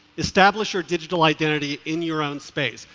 establish your digital identity in your own space.